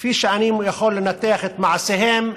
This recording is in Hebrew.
כפי שאני יכול לנתח את מעשיהם,